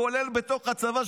כולל בתוך הצבא,